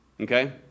Okay